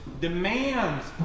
demands